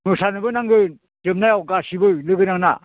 मोसानोबो नांगोन जोबनायाव गासिबो लोगो नांना